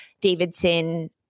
Davidson